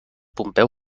pompeu